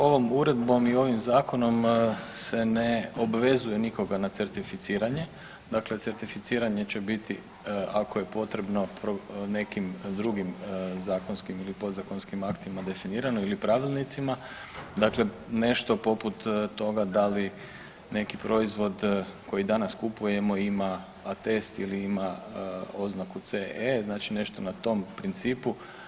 Dakle, ovom uredbom i ovim zakonom se ne obvezuje nikoga na certificiranje, dakle certificiranje će biti ako je potrebno po nekim drugim zakonskim ili podzakonskim aktima definirano ili pravilnicima, dakle nešto poput toga da li neki proizvod koji danas kupujemo ima atest ili ima oznaku CE znači nešto na tom principu.